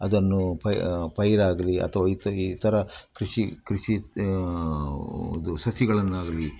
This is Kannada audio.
ಅದನ್ನು ಪೈರು ಆಗಲಿ ಅಥವಾ ಈ ಥರ ಕೃಷಿ ಕೃಷಿ ಇದು ಸಸಿಗಳನ್ನಾಗಲಿ